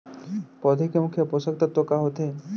पौधे के मुख्य पोसक तत्व का होथे?